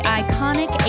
iconic